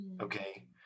okay